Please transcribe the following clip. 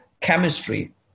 chemistry